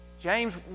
James